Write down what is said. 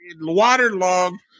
waterlogged